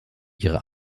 ihre